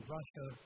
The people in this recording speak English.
Russia